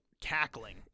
cackling